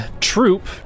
troop